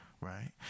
Right